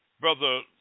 Brother